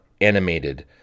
animated